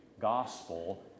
gospel